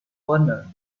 werner